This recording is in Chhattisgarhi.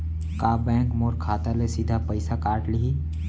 का बैंक मोर खाता ले सीधा पइसा काट लिही?